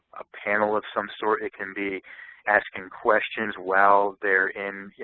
a panel of some sort. it can be asking questions while they're in,